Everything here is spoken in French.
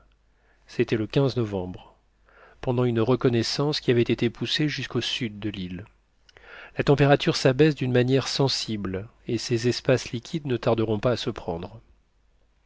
c'était le novembre pendant une reconnaissance qui avait été poussée jusqu'au sud de l'île la température s'abaisse d'une manière sensible et ces espaces liquides ne tarderont pas à se prendre